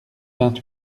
vingt